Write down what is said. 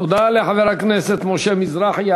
תודה לחבר הכנסת משה מזרחי.